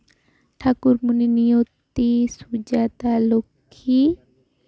Thakurmoni Niyoti Sujata Lakshmi